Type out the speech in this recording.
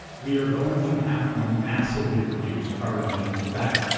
we are going to have to massively reduce carbon emissions. in fact,